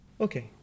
Okay